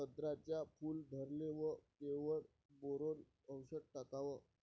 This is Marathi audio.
संत्र्याच्या फूल धरणे वर केवढं बोरोंन औषध टाकावं?